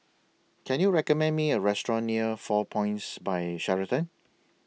Can YOU recommend Me A Restaurant near four Points By Sheraton